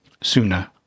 sooner